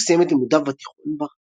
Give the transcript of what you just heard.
לאחר שסיים את לימודיו בתיכון,